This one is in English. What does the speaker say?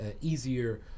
easier